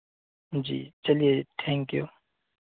जी चलिए thank you